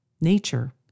nature